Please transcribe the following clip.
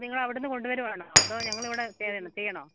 നിങ്ങൾ അവിടുന്ന് കൊണ്ടുവരുകയാണോ അതോ ഞങ്ങൾ അവിടെ ചെയ്യണോ